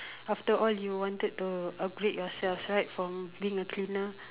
after all you wanted to upgrade yourself right from being a cleaner